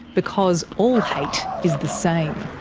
because all hate is the same.